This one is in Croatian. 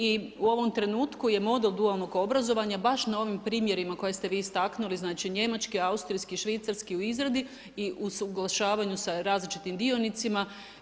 I u ovom trenutku je model dualnog obrazovanja baš na ovim primjerima koje ste vi istaknuli, znači njemački, austrijski, švicarski u izradi i usaglašavanju sa različitim dionicima.